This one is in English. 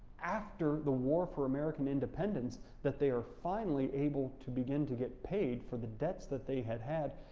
after the war for american independence, that they are finally able to begin to get paid for the debts that they had had,